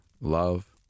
love